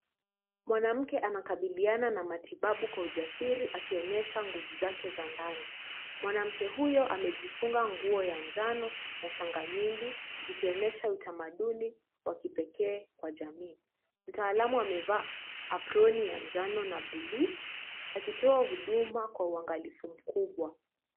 Mwanamke anakabiliana na matibabu kwa ujasiri akionyesha nguvu zake za ndani. Mwanamke huyo amejifunga nguo ya njano na shanga nyingi zikionyesha utamaduni wa kipekee kwa jamii. Mtaalamu amevaa aproni ya njano na bluu akitoa huduma kwa uangalifu mkubwa.